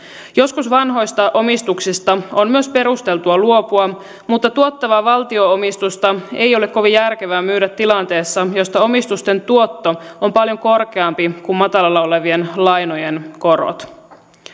joskus vanhoista omistuksista on myös perusteltua luopua mutta tuottavaa valtio omistusta ei ole kovin järkevää myydä tilanteessa jossa omistusten tuotto on paljon korkeampi kuin matalalla olevien lainojen korot